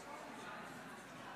חוק ומשפט